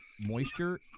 moisture